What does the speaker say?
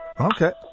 okay